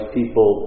people